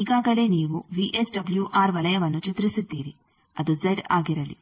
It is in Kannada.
ಈಗಾಗಲೇ ನೀವು ವಿಎಸ್ಡಬಲ್ಯುಆರ್ ವಲಯವನ್ನು ಚಿತ್ರಿಸಿದ್ದೀರಿ ಅದು ಜೆಡ್ ಆಗಿರಲಿ